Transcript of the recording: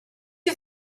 you